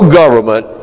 government